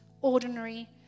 ordinary